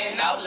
no